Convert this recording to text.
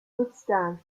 withstand